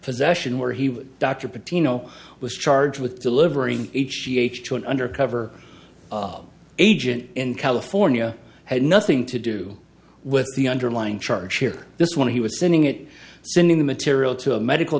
possession where he would dr pitino was charged with delivering h g h to an undercover agent in california had nothing to do with the underlying charge here this one he was sending it sending the material to a medical